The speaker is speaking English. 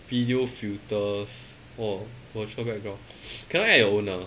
video filters orh virtual background cannot add your own ah